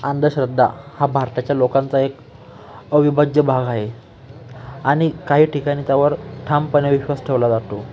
अंधश्रद्धा हा भारताच्या लोकांचा एक अविभज्य भाग आहे आणि काही ठिकाणी त्यावर ठामपणे विश्वास ठेवला जातो